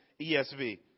ESV